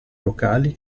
locali